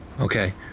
Okay